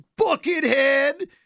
Buckethead